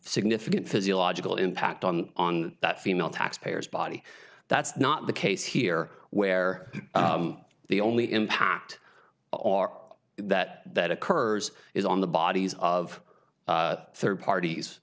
significant physiological impact on on that female taxpayers body that's not the case here where the only impact are that that occurs is on the bodies of third parties